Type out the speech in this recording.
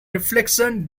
reflection